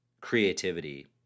creativity